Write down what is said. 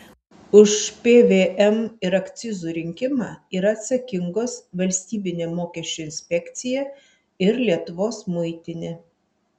už pvm ir akcizų rinkimą yra atsakingos valstybinė mokesčių inspekcija ir lietuvos muitinė